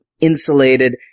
insulated